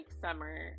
summer